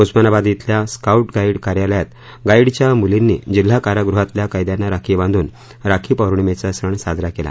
उस्मानाबाद धिल्या scout guide कार्यालयात गाईडच्या मुलींनी जिल्हा कारागृहातल्या कैद्यांना राखी बांधून राखी पोर्णिमेचा सण साजरा केला